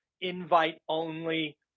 invite-only